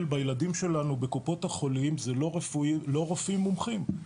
בילדים שלנו בקופות החולים זה לא רופאים מומחים.